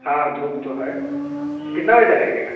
हाँ धूप तो है कितने बजे तक आइएगा